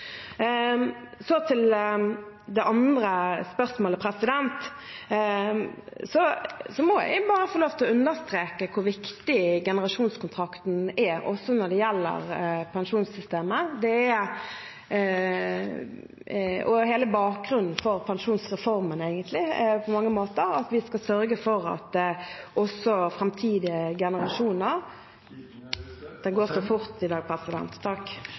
Til det andre spørsmålet må jeg bare få lov til å understreke hvor viktig generasjonskontrakten er, også når det gjelder pensjonssystemet. Det er på mange måter hele bakgrunnen for pensjonsreformen at vi skal sørge for at også framtidige generasjoner Tiden er ute. Det går så fort i dag, president!